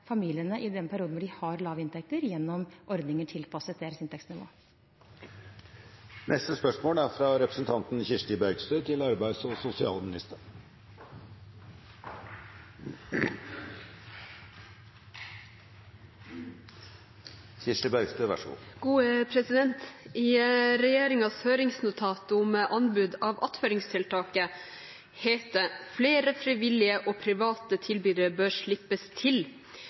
familiene i den perioden de har lave inntekter, gjennom ordninger som er tilpasset deres inntektsnivå. «I regjeringens høringsnotat om anbud av attføringstiltak het det at «flere frivillige og private tilbydere bør slippes til». Tidligere statsråd Eriksson sa til NRK i mai 2014: «Vi åpner opp for å slippe til